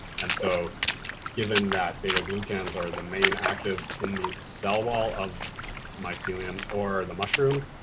and so given that beta glucans are the main active in the cell wall of mycelium, or the mushroom,